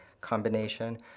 combination